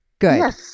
Good